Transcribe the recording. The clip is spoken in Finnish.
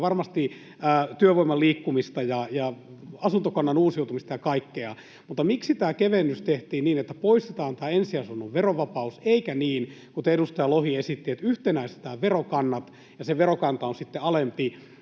ja varmasti työvoiman liikkumista ja asuntokannan uusiutumista ja kaikkea, mutta miksi tämä kevennys tehtiin niin, että poistetaan tämä ensiasunnon verovapaus, eikä niin, kuten edustaja Lohi esitti, että yhtenäistetään verokannat, ja se verokanta on sitten alempi